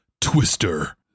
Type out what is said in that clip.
twister